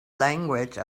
language